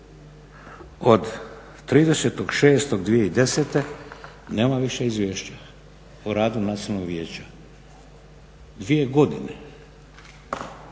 Od 30.6.2010. nema više izvješća o radu Nacionalnog vijeća. Dvije godine.